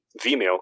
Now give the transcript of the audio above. Vimeo